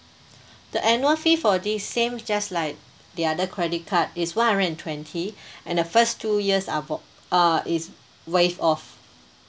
the annual fee for this same just like the other credit card it's one hundred and twenty and the first two years are for err is waived off